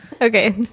Okay